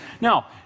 Now